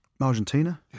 Argentina